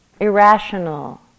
irrational